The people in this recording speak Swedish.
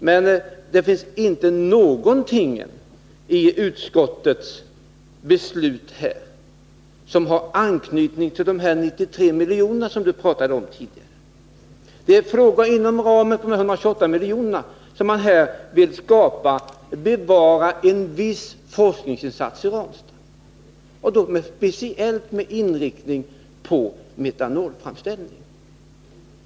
Men det finns inte någonting i utskottets ställningstagande som har anknytning till de 93 miljoner i anslag som Paul Jansson talade om, utan det är fråga om att med medel inom ramen för tidigare anvisade 128 miljoner bevara en viss forskningsinsats i Ranstad, med speciell inriktning på metanolframställning.